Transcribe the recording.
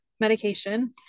medication